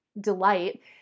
delight